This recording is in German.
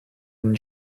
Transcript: den